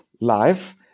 life